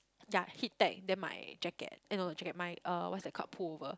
ya HeatTech then my jacket eh no not jacket my uh what's that called pullover